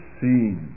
seen